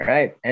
Right